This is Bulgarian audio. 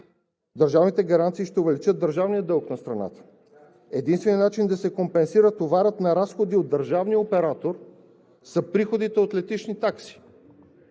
Държавните гаранции ще увеличат държавния дълг на страната. Единственият начин да се компенсира товарът на разходи от държавния оператор са приходите от летищни такси.